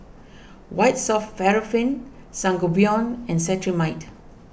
White Soft Paraffin Sangobion and Cetrimide